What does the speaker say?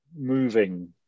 moving